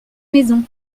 maison